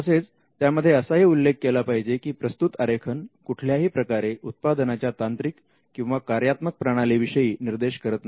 तसेच त्यामध्ये असाही उल्लेख केला पाहिजे की प्रस्तुत आरेखन कुठल्याही प्रकारे उत्पादनाच्या तांत्रिक किंवा कार्यात्मक प्रणालीविषयी निर्देश करत नाही